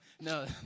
No